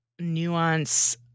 nuance